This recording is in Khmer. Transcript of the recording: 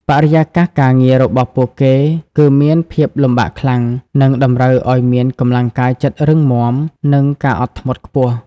បរិយាកាសការងាររបស់ពួកគេគឺមានភាពលំបាកខ្លាំង និងតម្រូវឲ្យមានកម្លាំងកាយចិត្តរឹងមាំ និងការអត់ធ្មត់ខ្ពស់។